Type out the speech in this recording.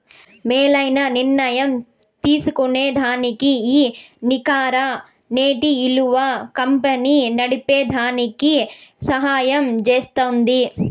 మేలైన నిర్ణయం తీస్కోనేదానికి ఈ నికర నేటి ఇలువ కంపెనీ నడిపేదానికి సహయం జేస్తుంది